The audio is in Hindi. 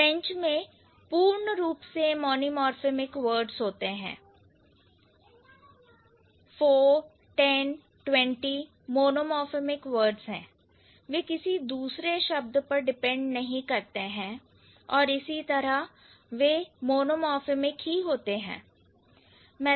फ्रेंच में पूर्ण रूप से मोनोमार्फेमिक वर्ड्स होते हैं four ten twenty वे किसी दूसरे शब्द पर डिपेंड नहीं करते हैं और इसी तरह वह मोनोमार्फेमिक होते हैं